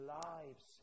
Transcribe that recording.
lives